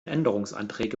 änderungsanträge